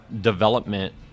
development